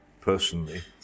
personally